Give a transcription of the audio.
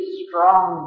strong